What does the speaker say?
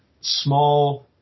small